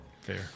Fair